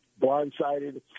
blindsided